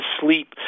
sleep